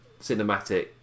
cinematic